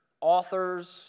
authors